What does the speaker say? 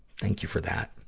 thank you for that.